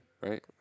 right